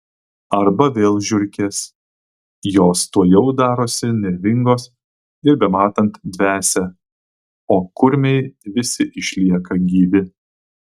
arba vėl žiurkės jos tuojau darosi nervingos ir bematant dvesia o kurmiai visi išlieka gyvi